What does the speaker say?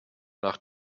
nach